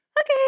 okay